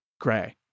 gray